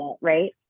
right